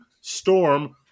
storm